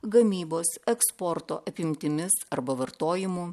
gamybos eksporto apimtimis arba vartojimu